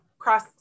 Cross